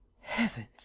Heavens